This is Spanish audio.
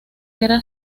guerra